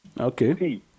Okay